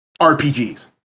RPGs